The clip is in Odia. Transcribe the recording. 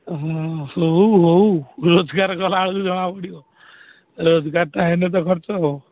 ଏ ହଁ ହଉ ହଉ ରୋଜଗାର କଲାବେଳକୁ ଜଣାପଡ଼ିବ ରୋଜଗାରଟା ହେଲେ ତ ଖର୍ଚ୍ଚ ଆଉ